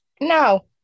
No